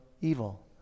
evil